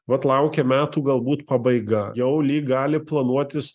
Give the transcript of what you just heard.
vat laukia metų galbūt pabaiga jau lyg gali planuotis